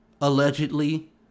allegedly